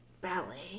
ballet